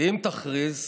ואם תכריז,